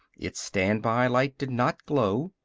its standby light did not glow.